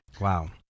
Wow